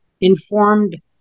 informed